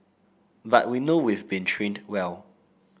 but we know we've been trained well